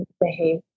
Behave